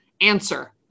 answer